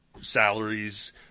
salaries